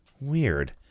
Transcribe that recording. Weird